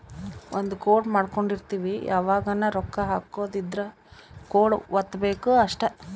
ಒಂದ ಕೋಡ್ ಮಾಡ್ಕೊಂಡಿರ್ತಿವಿ ಯಾವಗನ ರೊಕ್ಕ ಹಕೊದ್ ಇದ್ರ ಕೋಡ್ ವತ್ತಬೆಕ್ ಅಷ್ಟ